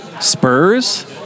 Spurs